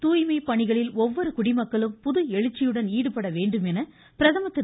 தூய்மை பணிகளில் ஒவ்வொரு குடிமக்களும் புது எழுச்சியுடன் ஈடுபட வேண்டும் என பிரதமர் திரு